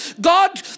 God